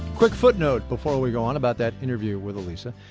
quick footnote before we go on about that interview with alisa.